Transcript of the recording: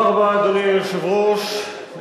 אדוני היושב-ראש,